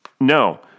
no